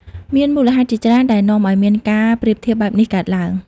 មានមូលហេតុជាច្រើនដែលនាំឲ្យមានការប្រៀបធៀបបែបនេះកើតឡើង។